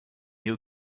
you